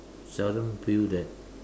seldom feel that